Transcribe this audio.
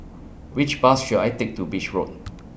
Which Bus should I Take to Beach Road